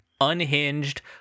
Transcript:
unhinged